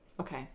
Okay